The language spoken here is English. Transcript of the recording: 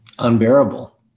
Unbearable